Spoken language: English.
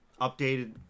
Updated